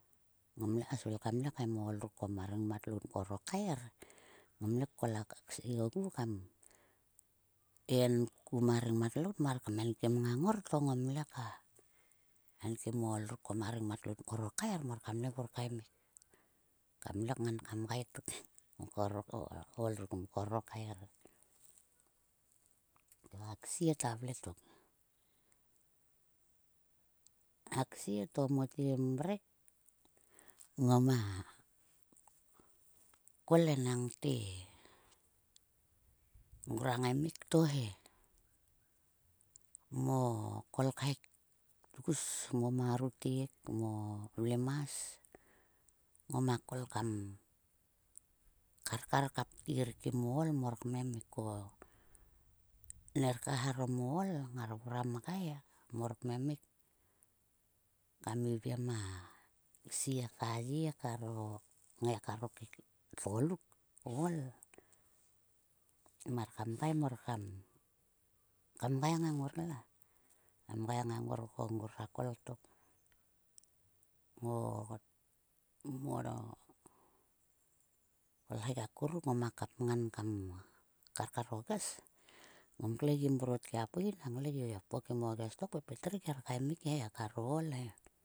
Ngomle ka svil kmem o ool ruk ma rengmat lout mkor o kaer. Ngomle kol a ksie ogu kam ku ma rengmat lout mar kmenkim ngang ngor to ngomle. Ka enkim o ool ruk mkor o kaer mor kamle kaimil. kamle kngan ka mgai tok he mkor o ool ruk mkor o kaer. A ksie ta vle tok. A ksie to mote mrek ngoma kol enangte ngrua ngaimik to he. Mo kolkhek tgus, mo marutek, mo vlemas ngoma kol kam karkar ka ptir kim o ool mor kmemik kam iviem a ksie ye ngai kar o tgoluk o ool mar kam mgai, kam mgai ngang ngor ko ngora kol tok. Mo kolkhek akuruk ngoma kapngan kam karkar o ges. Ngom kle gi mrot kia pui nang kle gia pokim o ges to pepel rik to her kaemik he kar o ool he.